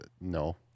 No